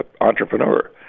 entrepreneur